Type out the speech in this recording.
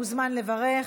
מוזמן לברך.